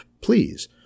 Please